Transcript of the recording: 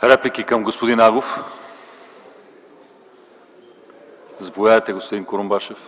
ПРЕДСЕДАТЕЛ ЛЪЧЕЗАР ИВАНОВ: Реплики към господин Агов? Заповядайте, господин Курумбашев.